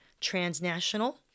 Transnational